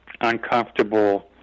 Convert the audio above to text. uncomfortable